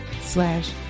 slash